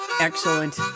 Excellent